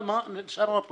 אבל מה, נשאר עניין הפיקוח.